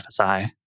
FSI